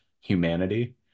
humanity